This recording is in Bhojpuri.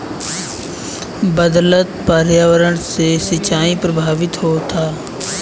बदलत पर्यावरण से सिंचाई प्रभावित होता